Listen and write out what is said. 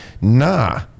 nah